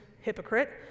hypocrite